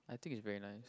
I think is very nice